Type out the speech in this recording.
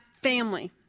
family